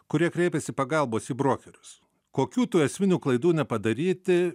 kurie kreipiasi pagalbos į brokerius kokių tų esminių klaidų nepadaryti